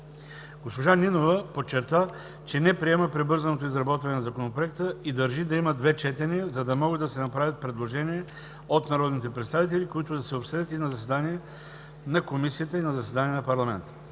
Корнелия Нинова подчерта, че не приема прибързаното изработване на Законопроекта и държи да има две четения, за да могат да се направят предложения от народните представители, които да се обсъдят и на заседание на Комисията, и на заседание на парламента.